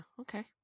okay